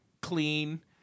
clean